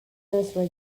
nursery